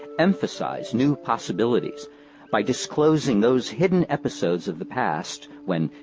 emphasize new possibilities by disclosing those hidden episodes of the past when,